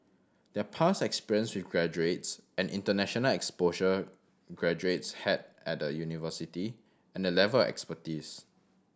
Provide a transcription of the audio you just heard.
their past experience with graduates and international exposure graduates had at the university and the level expertise